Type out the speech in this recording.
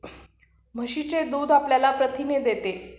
म्हशीचे दूध आपल्याला प्रथिने देते